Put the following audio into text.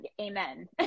amen